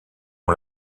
ont